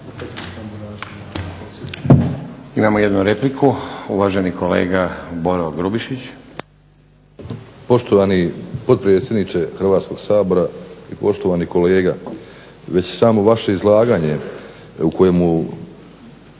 Imamo jednu repliku, uvaženi kolega Boro Grubišić. **Grubišić, Boro (HDSSB)** Poštovani potpredsjedniče Hrvatskoga sabora i poštovani kolega. Već samo vaše izlaganje u kojemu